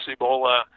Ebola